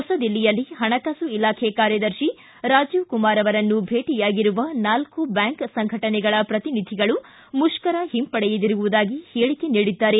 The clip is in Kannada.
ಹೊಸದಿಲ್ಲಿಯಲ್ಲಿ ಹಣಕಾಸು ಇಲಾಖೆ ಕಾರ್ಯದರ್ಶಿ ರಾಜೀವ್ ಕುಮಾರ್ ಅವರನ್ನು ಭೇಟಿಯಾಗಿರುವ ನಾಲ್ಕು ಬ್ಹಾಂಕ್ ಸಂಘಟನೆಗಳ ಪ್ರತಿನಿಧಿಗಳು ಮುಷ್ಕರ ಹಿಂಪಡೆದಿರುವುದಾಗಿ ಹೇಳಿಕೆ ನೀಡಿದ್ದಾರೆ